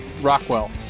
rockwell